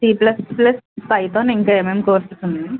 C plus Python ఇంకా ఏమేం courses ఉన్నాయి